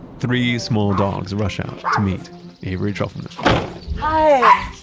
three small dogs rush out to ah meet avery trufelman hi!